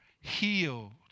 healed